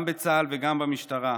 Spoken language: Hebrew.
גם בצה"ל וגם במשטרה,